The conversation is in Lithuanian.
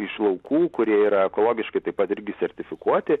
iš laukų kurie yra ekologiškai taip pat irgi sertifikuoti